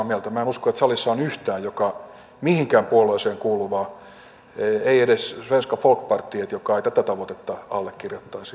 minä en usko että salissa on yhtään mihinkään puolueeseen kuuluvaa ei edes svenska folkpartietiin joka ei tätä tavoitetta allekirjoittaisi